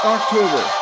October